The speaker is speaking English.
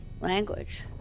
Language